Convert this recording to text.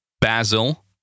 basil